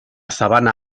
sabana